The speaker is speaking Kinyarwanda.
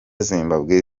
zimbabwe